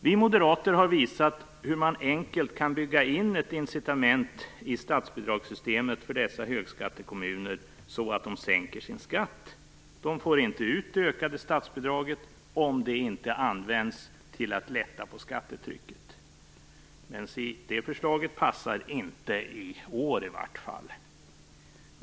Vi moderater har visat hur man enkelt kan bygga in ett incitament i statsbidragssystemet för dessa högskattekommuner så att de sänker sin skatt. De får inte ut det ökade statsbidraget om det inte används till att lätta på skattetrycket. Men si, det förslaget passar inte i år, i vart fall.